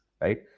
right